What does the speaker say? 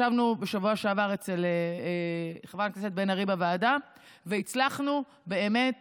ישבנו בשבוע שעבר אצל חברת הכנסת בן ארי בוועדה והצלחנו באמת